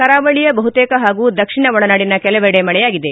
ಕರಾವಳಿಯ ಬಹುತೇಕ ಹಾಗೂ ದಕ್ಷಿಣ ಒಳನಾಡಿನ ಕೆಲವೆಡೆ ಮಳೆಯಾಗಿದೆ